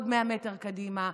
עוד מאה מטר קדימה.